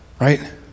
Right